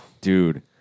Dude